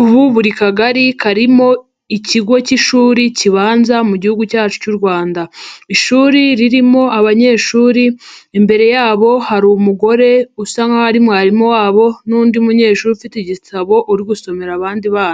ubu buri kagari karimo ikigo cy'ishuri kibanza mu gihugu cyacu cy'u Rwanda, ishuri ririmo abanyeshuri imbere yabo hari umugore usa nk'aho ari mwarimu wabo n'undi munyeshuri ufite igitabo uri gusomera abandi bana.